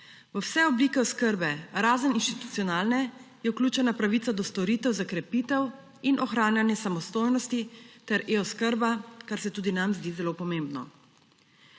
vse oblike oskrbe, razen institucionalne, je vključena pravica do storitev za krepitev in ohranjanje samostojnosti, ter je oskrba, kar se tudi nam zdi zelo pomembno.